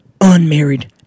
unmarried